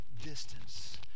distance